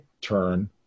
turn